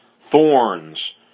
thorns